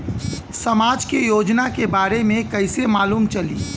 समाज के योजना के बारे में कैसे मालूम चली?